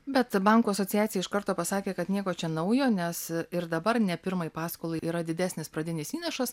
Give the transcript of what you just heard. bet bankų asociacija iš karto pasakė kad nieko čia naujo nes ir dabar ne pirmai paskolai yra didesnis pradinis įnašas